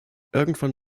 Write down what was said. irgendwann